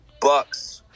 Bucks